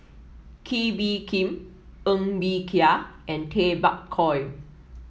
Kee Bee Khim Ng Bee Kia and Tay Bak Koi